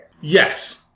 Yes